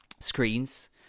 screens